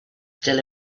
still